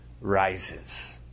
rises